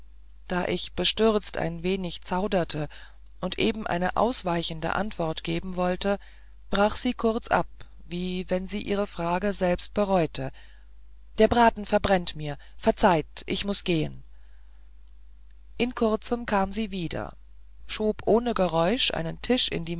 da ich bestürzt ein wenig zauderte und eben eine ausweichende antwort geben wollte brach sie kurz ab wie wenn sie ihre frage selbst bereute der braten verbrennt mir verzeiht ich muß gehen in kurzem kam sie wieder schob ohne geräusch einen tisch in die